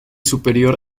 superior